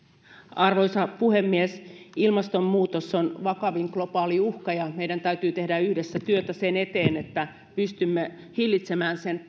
arvoisa puhemies ilmastonmuutos on vakavin globaali uhka ja meidän täytyy tehdä yhdessä työtä sen eteen että pystymme hillitsemään sen